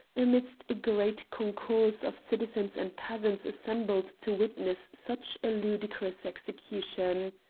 amidst a great concourse of citizens and peasants assembled to witness such a ludicrous execution.